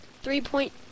three-point